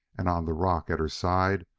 and on the rock at her side,